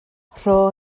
rho